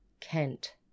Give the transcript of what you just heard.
Kent